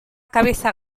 cabeza